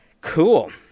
cool